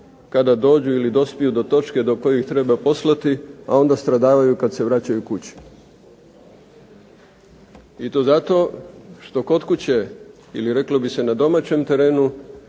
kada dođu ili dospiju do točke do kojih treba poslati, a onda stradavaju kada se vraćaju kući. I to zato što kod kuće ili reklo bi se na domaćem terenu